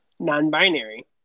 Non-binary